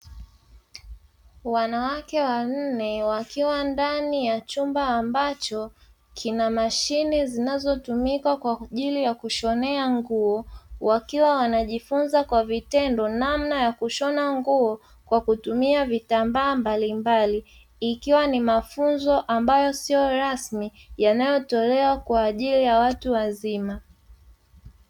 Wanawake wanne wakiwa ndani ya chumba ambacho kina mashine zinatumika kwa ajili ya kushonea nguo, wakiwa wanajifunza kwa vitendo namna ya kushona nguo kwa kutumia vitambaa mbalimbali, ikiwa ni mafunzo ambayo siyo rasmi yanayotolewa kwa ajili ya watu wazima.